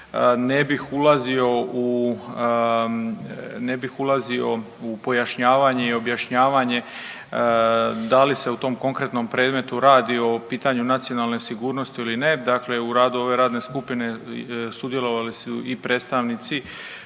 ne bih ulazio u pojašnjavanje i objašnjavanje da li se u tom konkretnom predmetu radi o pitanju nacionalne sigurnosti ili ne. Dakle, u radu ove radne skupine sudjelovali su i predstavnici